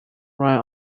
ran